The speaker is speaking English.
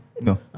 No